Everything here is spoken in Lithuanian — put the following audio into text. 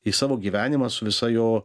į savo gyvenimą su visa jo